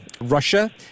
Russia